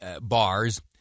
bars